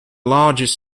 largest